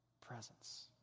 presence